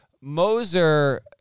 Moser